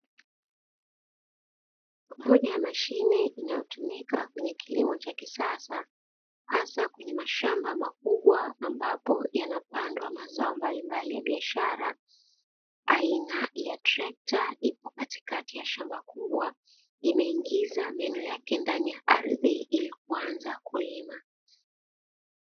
Moja ya mashine inayotumika kwenye kilimo cha kisasa hasa kwenye mashamba makubwa ambapo yanapandwa mazao mbalimbali ya biashara, aina ya trekta ipo katikati ya shamba kubwa imeingiza meno yake ndani ya ardhi ili kuanza kulima.